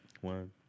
one